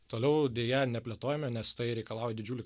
toliau deja neplėtojome nes tai reikalauja didžiulių